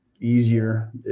easier